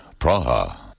Praha